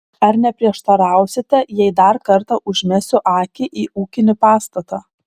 ar neprieštarausite jei dar kartą užmesiu akį į ūkinį pastatą